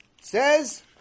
says